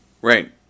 Right